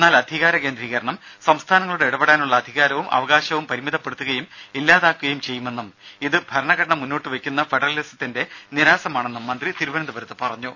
എന്നാൽ അധികാര കേന്ദ്രീകരണം സംസ്ഥാനങ്ങളുടെ ഇടപെടാനുളള അധികാരവും അവകാശവും പരിമിതപ്പെടുത്തുകയും ഇല്ലാതാക്കുകയും ചെയ്യുമെന്നും ഇത് ഫെഡറലിസത്തിന്റെ ഭരണഘടന മുന്നോട്ടുവയ്ക്കുന്ന നിരാസമാണെന്നും മന്ത്രി തിരുവനന്തപുരത്ത് പറഞ്ഞു